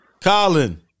Colin